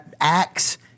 Acts